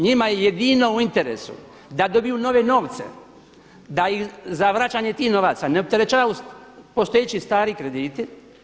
Njima je jedino u interesu da dobiju nove novce, da im za vraćanje tih novaca ne opterećuju postojeći stari krediti.